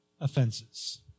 offenses